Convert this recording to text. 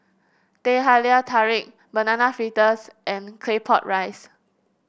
Teh Halia Tarik Banana Fritters and Claypot Rice